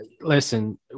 listen